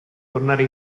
tornare